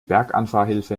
berganfahrhilfe